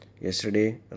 Yesterday